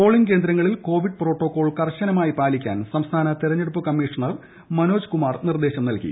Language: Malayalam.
പോളിംഗ് കേന്ദ്രങ്ങളിൽ കോവിഡ് പ്രോട്ടോകോൾ കർശനമായി പാലിക്കാൻ സംസ്ഥാന തെരഞ്ഞെടുപ്പ് കമ്മീഷൻ മനോജ് കുമാർ നിർദേശം നൽകി